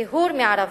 טיהור מערבים.